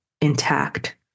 intact